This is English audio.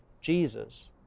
Jesus